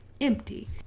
empty